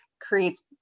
creates